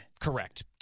Correct